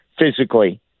physically